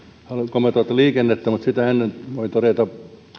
kommentoida liikennettä mutta sitä ennen voin todeta kun